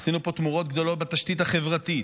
עשינו פה תמורות גדולות בתשתית החברתית,